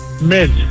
mid